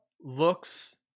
looks